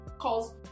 Calls